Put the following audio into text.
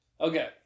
Okay